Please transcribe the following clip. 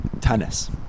tennis